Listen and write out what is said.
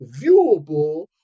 viewable